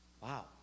Wow